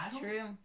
True